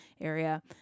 area